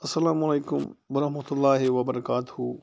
اَلسلامُ علیكم ورحمتہ اللہِ وبرکاتہٗ